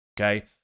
Okay